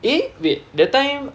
eh wait that time